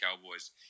Cowboys